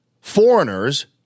foreigners